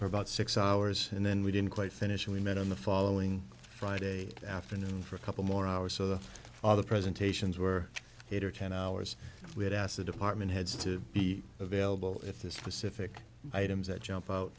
for about six hours and then we didn't quite finish and we met on the following friday afternoon for a couple more hours so the other presentations were eight or ten hours we had asked the department heads to be available if this specific items that jump